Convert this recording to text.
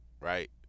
right